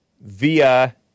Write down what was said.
via